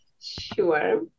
sure